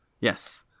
yes